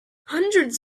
hundreds